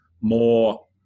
more